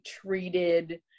treated